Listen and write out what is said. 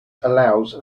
allows